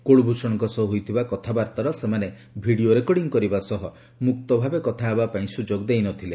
କୁଳଭୂଷଣଙ୍କ ସହ ହୋଇଥିବା କଥାବାର୍ତ୍ତାର ସେମାନେ ଭିଡ଼ିଓ ରେକର୍ଡିଂ କରିବା ସହ ମୁକ୍ତ ଭାବେ କଥା ହେବା ପାଇଁ ସୁଯୋଗ ଦେଇନଥିଲେ